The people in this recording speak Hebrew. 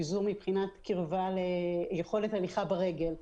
פיזור מבחינת יכולת הליכה ברגל,